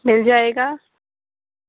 مل جائے گا